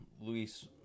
Luis